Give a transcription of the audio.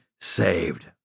saved